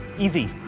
easy.